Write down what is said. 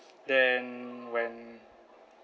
then when